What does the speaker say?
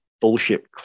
bullshit